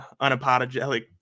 Unapologetic